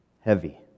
heavy